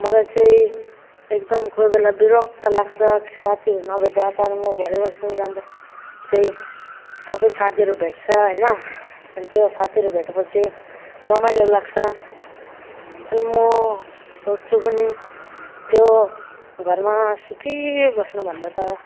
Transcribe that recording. मलाई चाहिँ एकदम कोहीबेला विरक्त लाग्छ साथीहरू नभेट्दा त्यहाँदेखिन् म भलिबल खेल्नु जाँदा चाहिँ सबैसाथीहरू भेट्छ होइन अनि त्यो साथीहरू भेटेपछि रमाइलो लाग्छ त्यहाँदेखिन् म सोच्छु पनि त्यो घरमा सुतिबस्नुभन्दा त